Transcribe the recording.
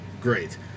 great